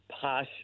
posh